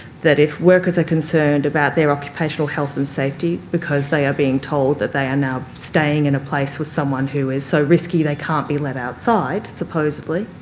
that if workers are concerned about their occupational health and safety because they are being told that they are now staying in a place with someone who is so risky they can't be outside, supposedly,